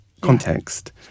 context